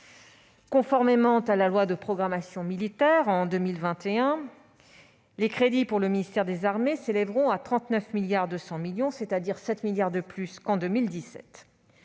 Conformément à la loi de programmation militaire, les crédits pour le ministère des armées s'élèveront à 39,2 milliards d'euros en 2021, soit 7 milliards de plus qu'en 2017.